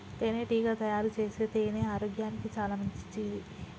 తేనెటీగ తయారుచేసే తేనె ఆరోగ్యానికి చాలా మంచిది